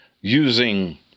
using